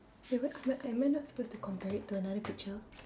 am I not supposed to compare it to another picture